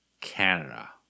Canada